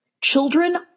Children